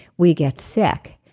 we get sick.